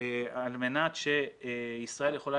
על מנת שישראל יכולה